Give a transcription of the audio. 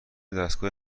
دستگاه